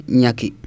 nyaki